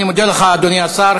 אני מודה לך, אדוני השר.